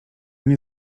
nie